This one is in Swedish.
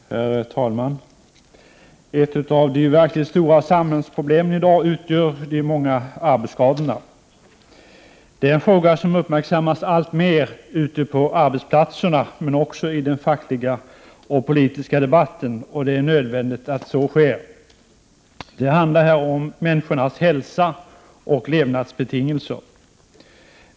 Herr talman! Ett av de verkligt stora samhällsproblemen i dag utgör de många arbetsskadorna. Det är en fråga som uppmärksammas alltmer ute på arbetsplatserna men också i den fackliga och politiska debatten. Det är nödvändigt att så sker. Det handlar här om människornas hälsa och levnadsbetingelser.